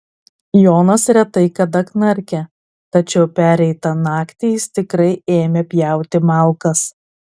jonas retai kada knarkia tačiau pereitą naktį jis tikrai ėmė pjauti malkas